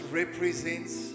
represents